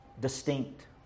distinct